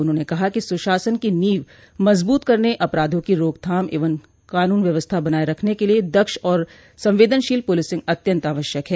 उन्होंने कहा कि सुशासन की नींव मजबूत करने अपराधों की रोकथाम एव कानून व्यवस्था बनाए रखने के लिए दक्ष और संवेदनशील पुलिसिंग अत्यन्त आवश्यक है